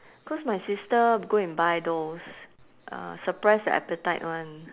cause my sister go and buy those uh suppress the appetite [one]